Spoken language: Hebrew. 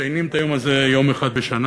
מציינים את היום הזה יום אחד בשנה,